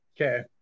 Okay